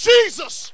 Jesus